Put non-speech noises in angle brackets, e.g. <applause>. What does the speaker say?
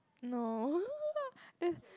no <laughs> then